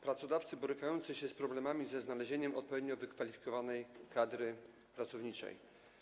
Pracodawcy borykają się z problemem znalezienia odpowiednio wykwalifikowanej kadry pracowniczej.